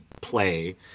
play